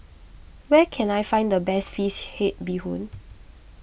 where can I find the best Fish Head Bee Hoon